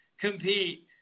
compete